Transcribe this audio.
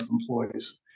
employees